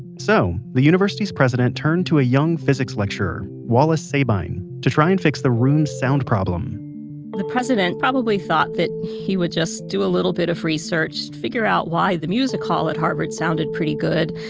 so, the university's president turned to a young physics lecturer, wallace sabine, to try and fix the room's sound problem the president probably thought that he would just do a little bit of research, figure out why the music hall at harvard sounded pretty good,